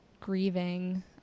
grieving